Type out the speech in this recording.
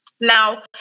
Now